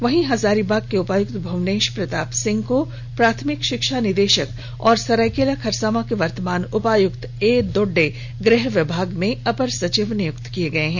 वहीं हजारीबाग के उपायुक्त भुवनेश प्रताप सिंह को प्राथमिक शिक्षा निदेशक और सरायकेला खरसांवा के वर्तमान उपायुक्त ए दोड्डे गृह विभाग में अपर सचिव नियुक्त किए गए हैं